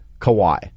Kawhi